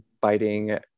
biting